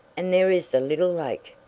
and there is the little lake!